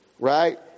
right